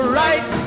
right